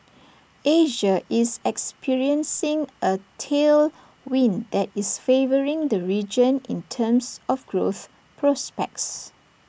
Asia is experiencing A tailwind that is favouring the region in terms of growth prospects